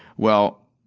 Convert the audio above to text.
well,